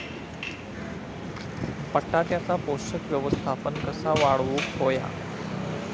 बटाट्याचा पोषक व्यवस्थापन कसा वाढवुक होया?